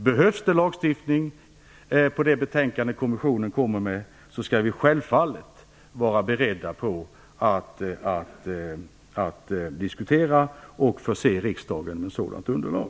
Behövs det lagstiftning efter det att kommissionen kommit med sitt betänkande skall vi självfallet vara beredda att diskutera och förse riksdagen med sådant underlag.